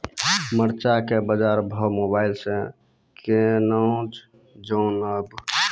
मरचा के बाजार भाव मोबाइल से कैनाज जान ब?